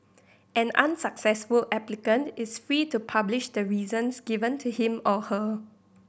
an unsuccessful applicant is free to publish the reasons given to him or her